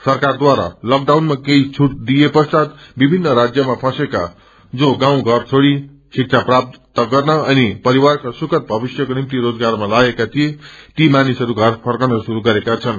सरकारदारा लकडाउनमा केही छूट दिए पश्चात विभिन्न राज्यमा फँसेका जो गाउँ छोड़ी शिब्रा प्राप्त गर्न अनि परिवारका सुखद भविषयको निति रोजगारमा लागेका मानिसहरू घर फर्कन श्रूर गरेका छनु